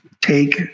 take